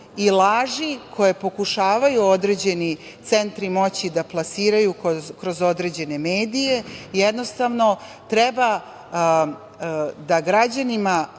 i laži koje pokušavaju određeni centri moći da plasiraju kroz određene medije, jednostavno, treba da građanima